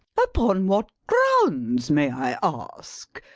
upon what grounds may i ask?